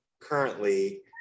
currently